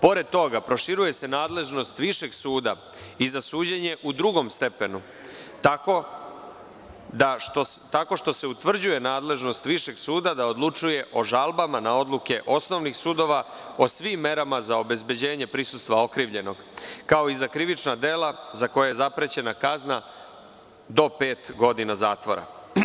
Pored toga, proširuje se nadležnost višeg suda i za suđenje u drugom stepenu tako što se utvrđuje nadležnost višeg suda da odlučuje o žalbama na odluke osnovnih sudova o svim merama za obezbeđenje prisustva okrivljenog, kao i za krivična dela za koja je zaprećena kazna do pet godina zatvora.